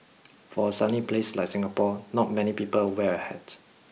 for a sunny place like Singapore not many people wear a hat